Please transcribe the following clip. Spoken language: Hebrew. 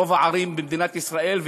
רוב הערים במדינת ישראל,